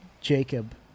Jacob